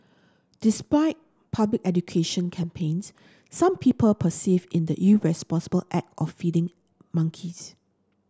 despite public education campaigns some people in the irresponsible act of feeding monkeys